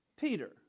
Peter